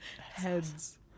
heads